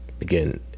again